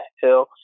Hill